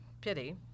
Pity